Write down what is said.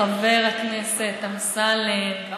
חבר הכנסת אמסלם, השר.